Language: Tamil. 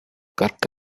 கற்க